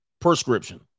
Prescription